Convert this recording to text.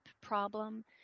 problem